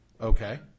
Okay